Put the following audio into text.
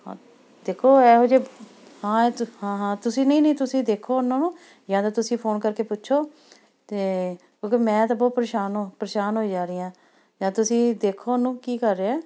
ਹਾਂ ਦੇਖੋ ਇਹੋ ਜਿਹੇ ਹਾਂ ਤੁ ਹਾਂ ਹਾਂ ਤੁਸੀਂ ਨਹੀਂ ਨਹੀਂ ਤੁਸੀਂ ਦੇਖੋ ਉਹਨਾ ਨੂੰ ਜਾਂ ਤਾਂ ਤੁਸੀਂ ਫੋਨ ਕਰਕੇ ਪੁੱਛੋ ਅਤੇ ਕਿਉਂਕਿ ਮੈਂ ਤਾਂ ਬਹੁਤ ਪਰੇਸ਼ਾਨ ਓ ਪਰੇਸ਼ਾਨ ਹੋਈ ਜਾ ਰਹੀ ਹਾਂ ਜਾਂ ਤੁਸੀਂ ਦੇਖੋ ਉਹਨੂੰ ਕੀ ਕਰ ਰਿਹਾ